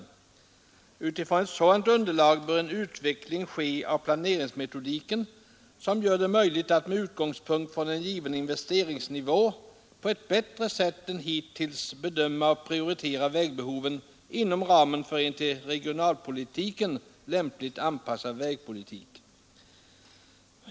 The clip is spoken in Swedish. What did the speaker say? Utifrån ett sådant underlag bör en utveckling ske av planeringsmetodiken, som gör det möjligt att med utgångspunkt i en given investeringsnivå på ett bättre sätt än hittills bedöma och prioritera vägbehoven inom ramen för en till regionalpolitiken lämpligt anpassad vägpolitik.